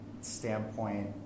standpoint